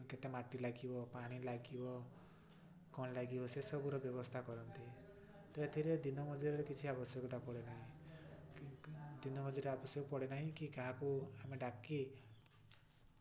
କେତେ ମାଟି ଲାଗିବ ପାଣି ଲାଗିବ କ'ଣ ଲାଗିବ ସେସବୁର ବ୍ୟବସ୍ଥା କରନ୍ତି ତ ଏଥିରେ ଦିନ ମଜୁରିଆର କିଛି ଆବଶ୍ୟକତା ପଡ଼େ ନାହିଁ ଦିନ ମଜୁରିଆର ଆବଶ୍ୟକ ପଡ଼େ ନାହିଁ କି କାହାକୁ ଆମେ ଡାକି